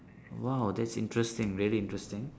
!wow! that's interesting really interesting